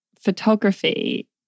photography